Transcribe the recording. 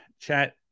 chat